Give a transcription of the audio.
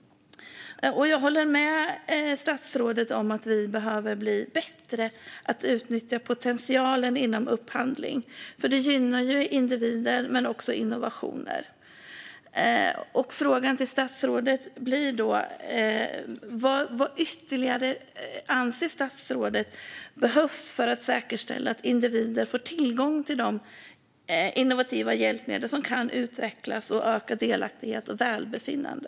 Jag håller med statsrådet om att vi behöver bli bättre på att utnyttja potentialen inom upphandling. Det gynnar individer men också innovationer. Frågan till statsrådet blir då: Vad anser statsrådet behövs ytterligare för att säkerställa att individer får tillgång till de innovativa hjälpmedel som kan utvecklas och öka delaktighet och välbefinnande?